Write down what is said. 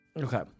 Okay